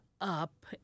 up